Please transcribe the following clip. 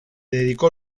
dedicó